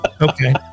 Okay